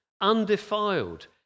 undefiled